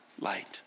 light